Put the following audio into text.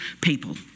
people